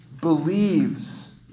believes